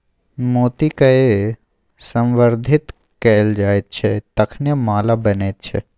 मोतीकए संवर्धित कैल जाइत छै तखने माला बनैत छै